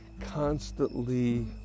constantly